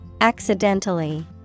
Accidentally